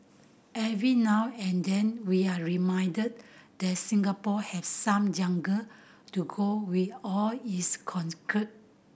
every now and then we're reminded that Singapore have some jungle to go with all its concrete